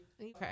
Okay